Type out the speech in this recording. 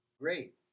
Great